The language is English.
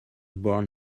born